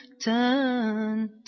turn